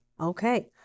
Okay